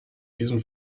diesen